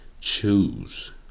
choose